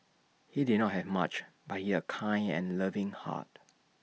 he did not have much but he had A kind and loving heart